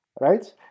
right